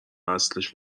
اصلش